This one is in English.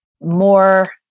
more